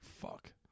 fuck